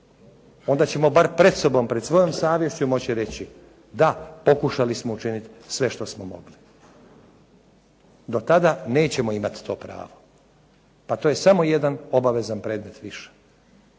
Onda ćemo bar pred sobom pred svojom savješću moći reći, da pokušali smo učiniti sve što smo mogli. Do tada nećemo imati to pravo. Pa to je samo jedan obavezan predmet više.